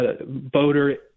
voter